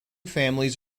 families